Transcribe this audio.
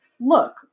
look